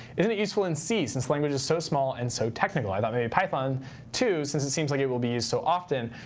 isn't it useful in c, since the language is so small and so technical? i thought maybe python too, since it seems like it will be used so often.